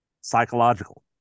psychological